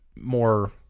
more